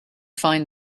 find